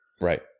Right